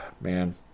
man